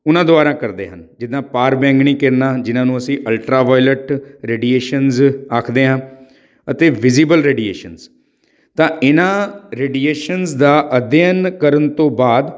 ਉਹਨਾਂ ਦੁਆਰਾ ਕਰਦੇ ਹਨ ਜਿੱਦਾਂ ਪਾਰ ਬੈਂਗਣੀ ਕਿਰਨਾ ਜਿਨਾਂ ਨੂੰ ਅਸੀਂ ਅਲਟਰਾ ਵਾਇਲਟ ਰੈਡੀਏਸ਼ਨਜ਼ ਆਖਦੇ ਹਾਂ ਅਤੇ ਵਿਜੀਬਲ ਰੈਡੀਏਸ਼ਨਜ਼ ਤਾਂ ਇਹਨਾਂ ਰੇਡੀਏਸ਼ਨਜ਼ ਦਾ ਅਧਿਐਨ ਕਰਨ ਤੋਂ ਬਾਅਦ